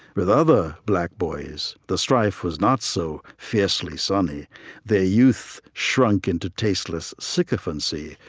with other black boys, the strife was not so fiercely sunny their youth shrunk into tasteless sycophancy,